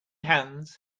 hands